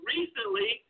Recently